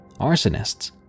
arsonists